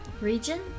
region